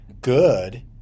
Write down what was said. good